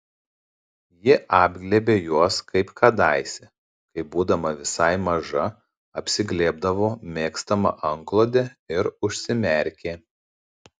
ji apglėbė juos kaip kadaise kai būdama visai maža apsiglėbdavo mėgstamą antklodę ir užsimerkė